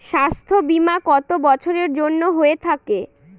স্বাস্থ্যবীমা কত বছরের জন্য হয়ে থাকে?